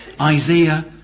Isaiah